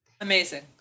Amazing